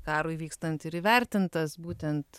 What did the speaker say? karui vykstant ir įvertintas būtent